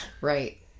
Right